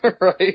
Right